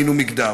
מין ומגדר.